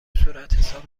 صورتحساب